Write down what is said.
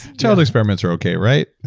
child experiments are okay, right?